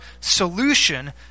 solution